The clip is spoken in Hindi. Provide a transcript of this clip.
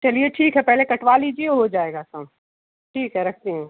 चलिए ठीक है पहले कटवा लीजिए हो जाएगा कम ठीक है रखती हूँ